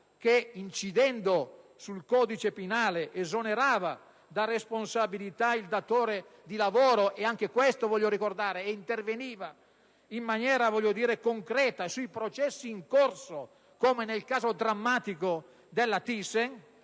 che, incidendo sul codice penale, esonerava da responsabilità il datore di lavoro e interveniva in maniera concreta sui processi in corso, come nel caso drammatico della Thyssen.